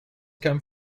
come